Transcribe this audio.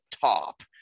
top